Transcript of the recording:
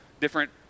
different